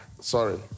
Sorry